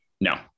No